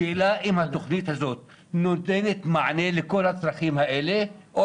השאלה אם התוכנית הזו נותנת מענה לכל הצרכים האלה או